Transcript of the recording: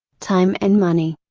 time and money.